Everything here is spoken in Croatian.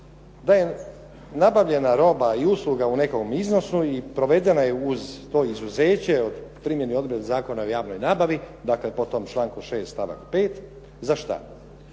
da je nabavljena roba i usluga u nekom iznosu i provedeno je uz to izuzeće od primjene odredbe Zakona o javnoj nabavi, dakle po točkom članku 6. stavak 5., za šta?